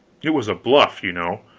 it was a bluff you know.